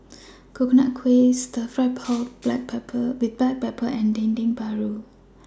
Coconut Kuih Stir Fry Pork with Black Pepper and Dendeng Paru